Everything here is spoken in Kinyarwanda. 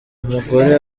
umugore